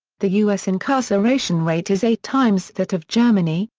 the us incarceration rate is eight times that of germany,